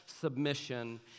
submission